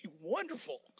wonderful